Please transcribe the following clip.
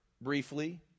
briefly